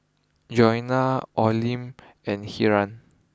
Jeanna Olene and Hiram